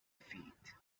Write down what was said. feet